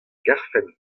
garfen